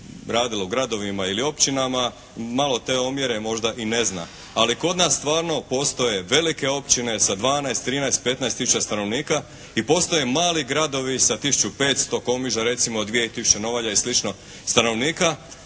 radila u gradovima ili općinama malo te omjere možda i ne zna. Ali kod nas stvarno postoje velike općine sa 12, 13, 15 000 stanovnika i postoje mali gradovi sa 1500, Komiža recimo 2000 Novalja i slično stanovnika